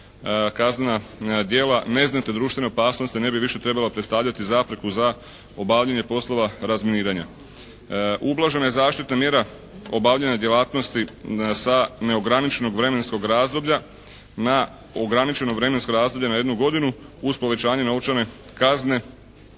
kaznena djela neznatne društvene opasnosti ne bi više trebala predstavljati zapreku za obavljanje poslova razminiranja. Ublažena je i zaštitna mjera obavljanja djelatnosti sa neograničenog vremenskog razdoblja na ograničeno vremensko razdoblje na jednu godinu uz povećanje novčane kazne